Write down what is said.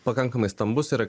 pakankamai stambus ir